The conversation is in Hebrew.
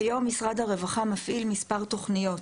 כיום, משרד הרווחה מפעיל מספר תוכניות